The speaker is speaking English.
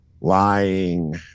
lying